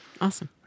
Awesome